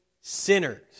Sinners